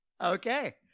Okay